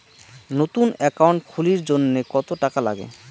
নতুন একাউন্ট খুলির জন্যে কত টাকা নাগে?